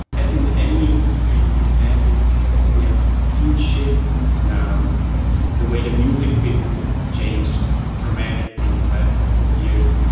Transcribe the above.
as in any industry, and in magic we have huge shifts now. it's like the way the music business has changed dramatically in the last couple of years,